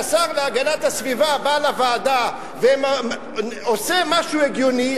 כשהשר להגנת הסביבה בא לוועדה ועושה משהו הגיוני,